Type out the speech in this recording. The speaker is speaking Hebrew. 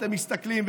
אתם מסתכלים,